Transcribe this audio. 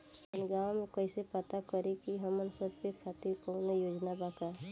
आपन गाँव म कइसे पता करि की हमन सब के खातिर कौनो योजना बा का?